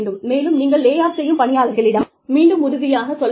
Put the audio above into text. மேலும் நீங்கள் lay off செய்யும் பணியாளர்களிடம் மீண்டும் உறுதியாக சொல்ல வேண்டும்